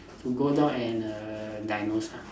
to go down and err diagnose ah